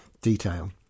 detail